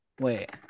Wait